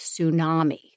tsunami